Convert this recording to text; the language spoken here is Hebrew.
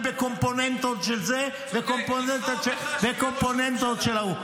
בקומפוננטות של זה וקומפוננטות של ההוא.